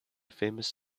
famous